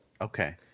Okay